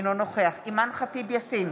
אינו נוכח אימאן ח'טיב יאסין,